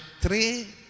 three